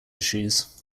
issues